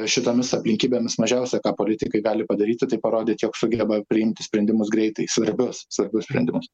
šitomis aplinkybėmis mažiausia ką politikai gali padaryti tai parodyt jog sugeba priimti sprendimus greitai svarbius svarbius sprendimus